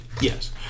Yes